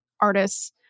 artists